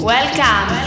Welcome